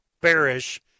bearish